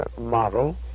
model